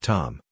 Tom